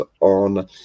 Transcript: on